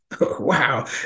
Wow